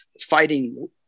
fighting